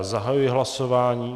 Zahajuji hlasování.